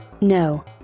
No